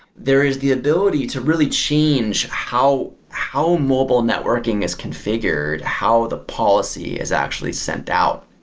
there is the ability to really change how how mobile networking is configured, how the policy is actually sent out.